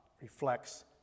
reflects